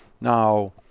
Now